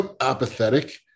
apathetic